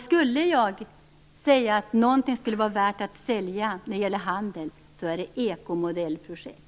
Skulle jag säga att något var värt att sälja i handelssammanhang, så är det ekomodellprojekt.